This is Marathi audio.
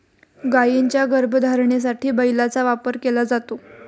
गायींच्या गर्भधारणेसाठी बैलाचा वापर केला जातो